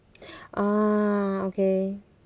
ah okay